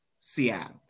Seattle